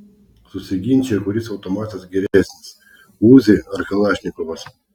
susiginčijo kuris automatas geresnis uzi ar kalašnikovas